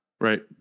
Right